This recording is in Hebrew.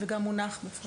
הצבעה אושר.